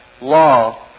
law